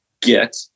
get